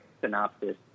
synopsis